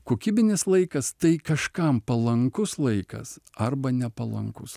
kokybinis laikas tai kažkam palankus laikas arba nepalankus